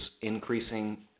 increasing